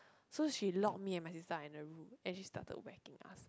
so she lock me and my sister under rule and she started wacking us